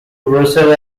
russell